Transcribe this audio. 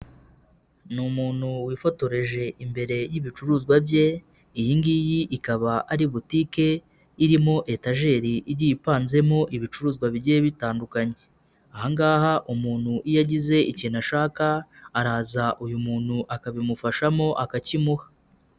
Ni umuntu wifotoreje imbere y'ibicuruzwa bye, iyi ngiyi ikaba ari butike irimo etajeri igiye ipanzemo ibicuruzwa bigiye bitandukanye, aha ngaha umuntu iyo agize ikintu ashaka, araza uyu muntu akabimufashamo akakimuha.